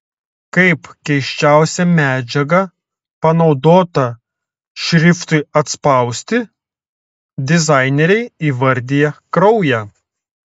kaip keisčiausią medžiagą panaudotą šriftui atspausti dizaineriai įvardija kraują